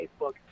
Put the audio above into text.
Facebook